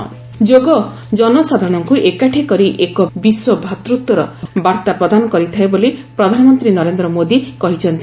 PM ଯୋଗ ଯୋଗ ଜନସାଧାରଣଙ୍କୁ ଏକାଠି କରି ଏକ ବିଶ୍ୱ ଭ୍ରାତୃତ୍ୱର ବାର୍ତ୍ତା ପ୍ରଦାନ କରିଥାଏ ବୋଲି ପ୍ରଧାନମନ୍ତୀ ନରେନ୍ଦ୍ର ମୋଦି କହିଛନ୍ତି